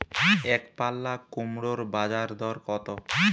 একপাল্লা কুমড়োর বাজার দর কত?